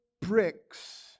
bricks